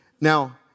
Now